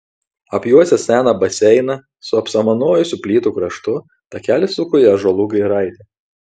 apjuosęs seną baseiną su apsamanojusių plytų kraštu takelis suko į ąžuolų giraitę